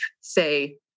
say